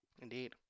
Indeed